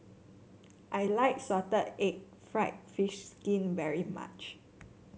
I like Salted Egg fried fish skin very much